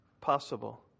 possible